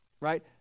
right